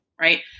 Right